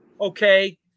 Okay